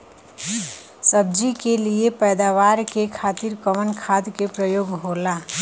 सब्जी के लिए पैदावार के खातिर कवन खाद के प्रयोग होला?